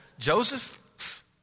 Joseph